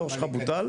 התור שלך בוטל.